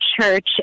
church